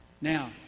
Now